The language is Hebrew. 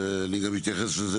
אני גם אתייחס לזה